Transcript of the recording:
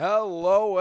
Hello